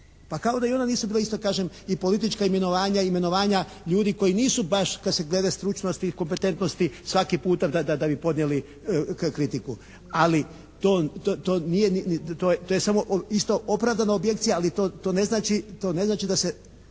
Pa kao da i onda nisu bila isto kažem i politička imenovanja i imenovanja ljudi koji nisu baš kad se, glede stručnosti i kompetentnosti svaki puta da bi podnijeli kritiku. Ali to nije, to je samo isto opravdana objekcija, ali to ne znači, to ne